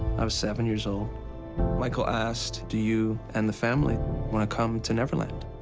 i was seven years old michael asked do you and the family come to neverland?